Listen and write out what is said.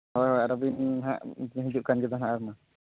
ᱦᱳᱭ ᱦᱳᱭ ᱟᱨ ᱟᱹᱵᱤᱱ ᱦᱟᱸᱜ ᱦᱤᱡᱩᱜ ᱠᱟᱱ ᱜᱮᱫᱚ ᱱᱟᱦᱟᱸᱜ